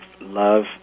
love